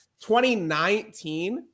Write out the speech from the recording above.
2019